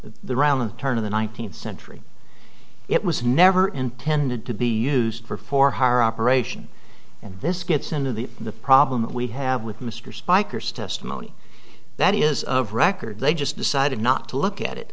the around the turn of the nineteenth century it was never intended to be used for for hire operation and this gets into the the problem we have with mr speicher's testimony that is of record they just decided not to look at it